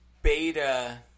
Beta